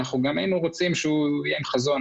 אנחנו גם היינו רוצים שהוא יהיה עם חזון